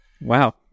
Wow